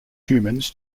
humans